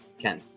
Ken